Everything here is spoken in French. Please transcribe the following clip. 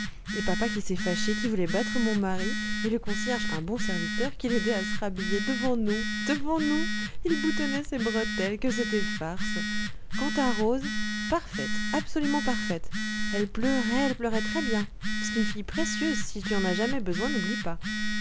et papa qui s'est fâché qui voulait battre mon mari et le concierge un bon serviteur qui l'aidait à se rhabiller devant nous devant nous il boutonnait ses bretelles que c'était farce quant à rose parfaite absolument parfaite elle pleurait elle pleurait très bien c'est une fille précieuse si tu en as jamais besoin n'oublie pas